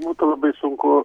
būtų labai sunku